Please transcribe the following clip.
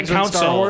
Council